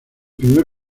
primer